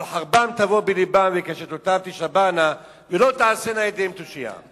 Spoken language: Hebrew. אבל "חרבם תבוא בלבם וקשתותם תשברנה" ו"לא תעשינה ידיהם תושיה".